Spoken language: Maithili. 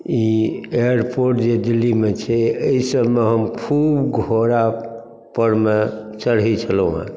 ई एयरपोर्ट जे दिल्लीमे छै अयसबमे हम खूब घोड़ापर मे चढ़ै छलहुँ हँ